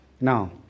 Now